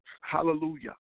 Hallelujah